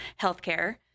healthcare